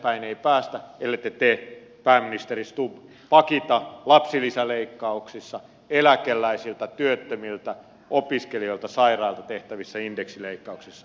eteenpäin ei päästä ellette te pääministeri stubb pakita lapsilisäleikkauksissa eläkeläisiltä työttömiltä opiskelijoilta sairailta tehtävissä indeksileikkauksissa